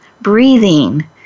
breathing